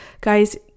Guys